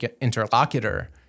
interlocutor